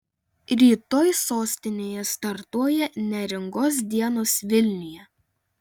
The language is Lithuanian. rytoj sostinėje startuoja neringos dienos vilniuje